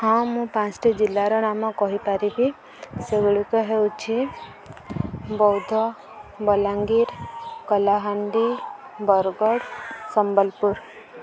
ହଁ ମୁଁ ପାଞ୍ଚଟି ଜିଲ୍ଲାର ନାମ କହିପାରିବି ସେଗୁଡ଼ିକ ହେଉଛି ବୌଦ୍ଧ ବଲାଙ୍ଗୀର କଲାହାଣ୍ଡି ବରଗଡ଼ ସମ୍ବଲପୁର